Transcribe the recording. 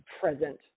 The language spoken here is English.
present